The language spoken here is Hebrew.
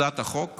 הצעת החוק